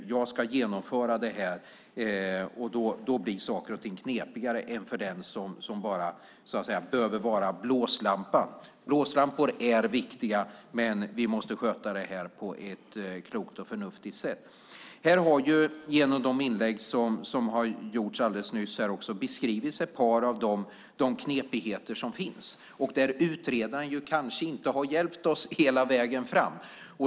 Jag ska genomföra det här, och då blir saker och ting knepigare än för den som bara behöver vara blåslampa. Blåslampor är viktiga, men vi måste sköta det här på ett klokt och förnuftigt sätt. Här har genom de inlägg som har gjorts beskrivits ett par av de knepigheter som finns där utredaren kanske inte har hjälpt oss hela vägen fram.